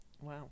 Wow